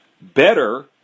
better